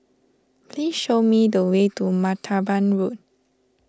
please show me the way to Martaban Road